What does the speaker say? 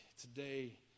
today